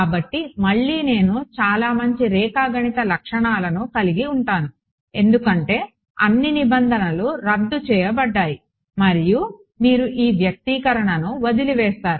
కాబట్టి మళ్లీ నేను చాలా మంచి రేఖాగణిత లక్షణాలను కలిగి ఉంటాను ఎందుకంటే అన్ని నిబంధనలు రద్దు చేయబడ్డాయి మరియు మీరు ఈ వ్యక్తీకరణను వదిలివేస్తారు